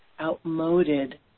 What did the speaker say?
outmoded